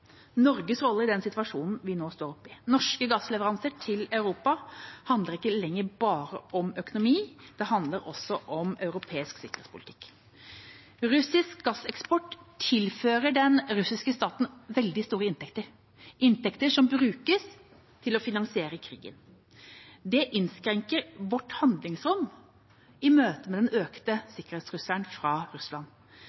Norges rolle i den situasjonen vi nå står oppe i. Norske gassleveranser til Europa handler ikke lenger bare om økonomi. Det handler også om europeisk sikkerhetspolitikk. Russisk gasseksport tilfører den russiske staten veldig store inntekter – inntekter som brukes til å finansiere krigen. Det innskrenker vårt handlingsrom i møte med den økte